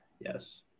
Yes